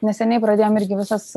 neseniai pradėjom irgi visas